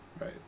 Right